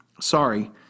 Sorry